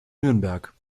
nürnberg